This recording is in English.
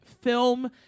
film